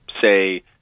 say